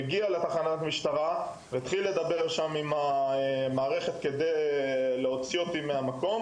שהגיע לתחנת המשטרה ודיבר עם מי שצריך על מנת להוציא אותי משם,